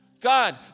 God